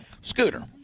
Scooter